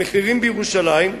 המחירים בירושלים,